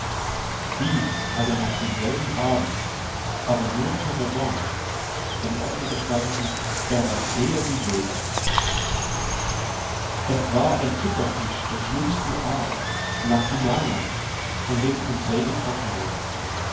dies that er noch denselben abend aber nur zur revanche denn offen gestanden er war zähe wie leder es war ein zitterfisch der schlimmsten art la cumana von dem conseil getroffen wurde